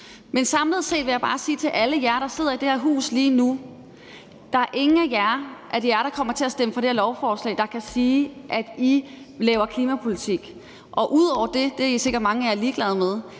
Samlet set vil jeg bare sige til alle jer, der sidder i det her hus lige nu, at der er ingen af jer, der kommer til at stemme for det her lovforslag, der kan sige, at I laver klimapolitik. Det er mange af jer sikkert ligeglade med,